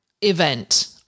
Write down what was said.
event